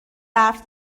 برف